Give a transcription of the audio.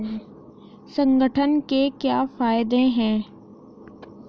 संगठन के क्या फायदें हैं?